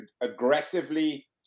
aggressively